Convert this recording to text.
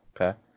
Okay